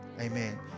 amen